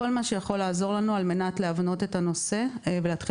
כל מה שיכול לעזור לנו על מנת להבנות את הנושא ולהתחיל